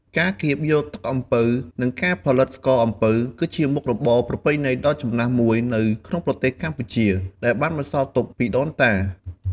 ការកៀបយកទឹកអំពៅ និងការផលិតស្ករអំពៅ គឺជាមុខរបរប្រពៃណីដ៏ចំណាស់មួយនៅក្នុងប្រទេសកម្ពុជា ដែលបានបន្សល់ទុកពីដូនតា។